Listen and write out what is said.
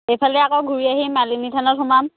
এইফালে আকৌ ঘূৰি আহি মালিনী থানত সোমাম